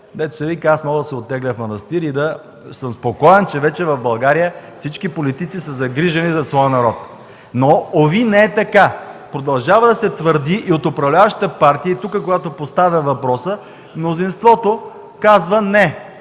дето се вика, аз мога да се оттегля в манастир и да съм спокоен, че вече в България всички политици са загрижени за своя народ. Но, уви, не е така! Продължава да се твърди и от управляващата партия, и тук, когато поставя въпроса, и мнозинството казва: